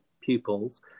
pupils